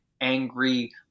angry